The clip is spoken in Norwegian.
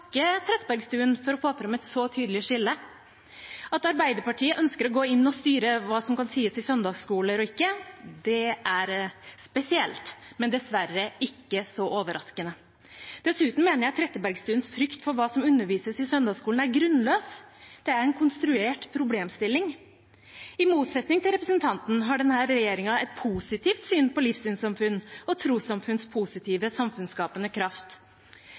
for å få fram et så tydelig skille. At Arbeiderpartiet ønsker å gå inn og styre hva som kan sies i søndagsskoler og ikke, det er spesielt, men dessverre ikke så overraskende. Dessuten mener jeg Trettebergstuens frykt for hva det undervises i i søndagsskolen, er grunnløs. Det er en konstruert problemstilling. I motsetning til representanten har denne regjeringen et positivt syn på livssynssamfunns og trossamfunns positive samfunnsskapende kraft.